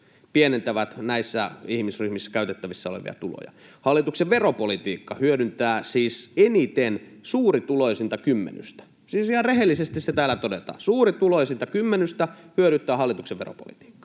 pienentävät näissä ihmisryhmissä käytettävissä olevia tuloja. Hallituksen veropolitiikka hyödyttää eniten suurituloisinta kymmenystä, siis ihan rehellisesti se täällä todetaan: suurituloisinta kymmenystä hyödyttää hallituksen veropolitiikka.